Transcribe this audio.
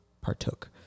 partook